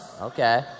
Okay